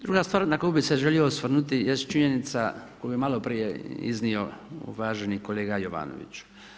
Druga stvar na koju bi se želio osvrnuti jest činjenica koju je maloprije iznio uvaženi kolega Jovanović.